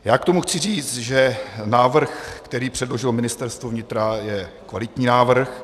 Já k tomu chci říct, že návrh, který předložilo Ministerstvo vnitra, je kvalitní návrh.